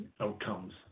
outcomes